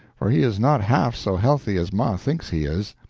for he is not half so healthy as ma thinks he is.